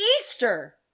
Easter